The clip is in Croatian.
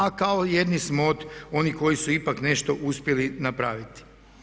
A kao jedni smo od onih koji su ipak nešto uspjeli napraviti.